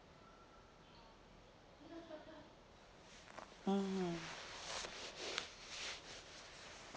mmhmm